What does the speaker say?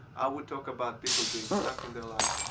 i would talk about people being stuck in their life,